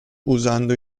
usando